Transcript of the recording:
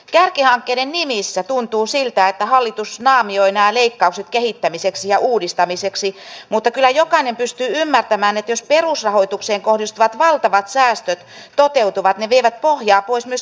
kärkihankkeiden nimissä tuntuu siltä että hallitus naamioi nämä leikkaukset kehittämiseksi ja uudistamiseksi mutta kyllä jokainen pystyy ymmärtämään että jos perusrahoitukseen kohdistuvat valtavat säästöt toteutuvat ne vievät pohjaa pois myös kehittämiseltä